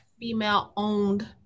female-owned